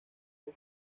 con